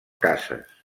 cases